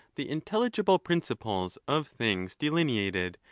the intelligible principles of things de lineated,